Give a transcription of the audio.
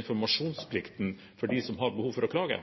informasjonsplikten for dem som har behov for å klage?